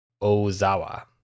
Ozawa